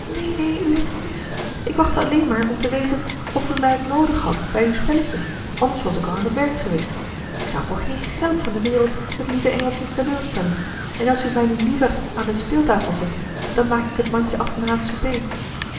u hebt het mis ik wachtte alleen maar om te weten of u mij ook noodig hadt bij uw spelletje anders was ik al aan het werk geweest ik zou voor geen geld van de wereld het lieve engeltje teleurstellen en als u mij nu liever aan de speeltafel zet dan maak ik het mandje af na het